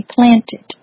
planted